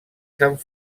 sant